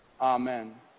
Amen